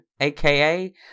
aka